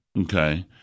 okay